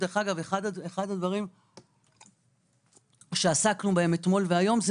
אחד הדברים שעסקנו בהם אתמול והיום זה